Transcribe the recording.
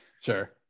Sure